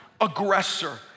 aggressor